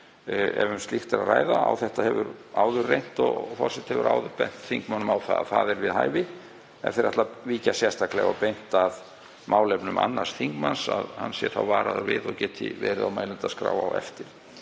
ef um slíkt var að ræða. Á þetta hefur áður reynt og forseti hefur áður bent þingmönnum á að það sé við hæfi, ef þeir ætla að víkja sérstaklega og beint að málefnum annars þingmanns, að hann sé þá varaður við og geti verið á mælendaskrá á eftir.